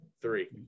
three